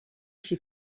she